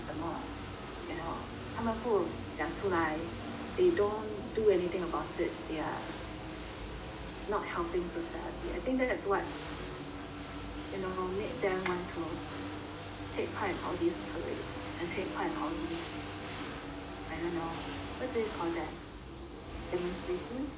you know 他们不讲出来 they don't do anything about it yeah not helping society I think that's what you know make them want to take part in all these parades and take part in all these I don't know what do you call that demonstration yeah